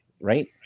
right